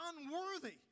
unworthy